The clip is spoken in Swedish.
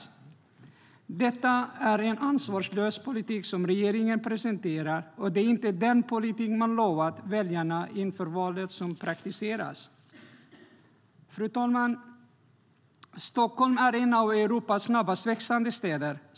Fru talman! Stockholm är en av Europas snabbast växande städer.